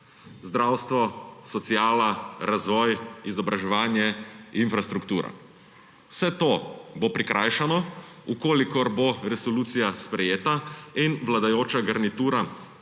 zdravstvo, sociala, razvoj, izobraževanje, infrastruktura. Vse to bo prikrajšano, če bo resolucija sprejeta in bo vladajoča garnitura